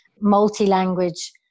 multi-language